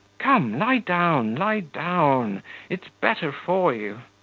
come, lie down, lie down it's better for you.